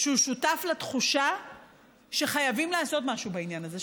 שהוא שותף לתחושה שחייבים לעשות משהו בעניין הזה,